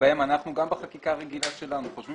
בהם אנחנו גם בחקיקה הרגילה שלנו חושבים